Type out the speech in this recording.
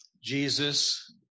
Jesus